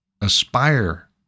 aspire